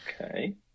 Okay